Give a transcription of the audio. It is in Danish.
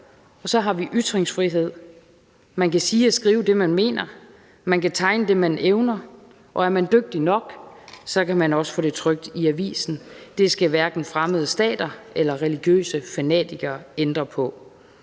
og så har vi ytringsfrihed. Man kan sige og skrive det, man mener, man kan tegne det, man evner, og er man dygtig nok, kan man også få det trykt i avisen. Det skal hverken fremmede stater eller religiøse fanatikere ændre på.